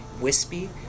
wispy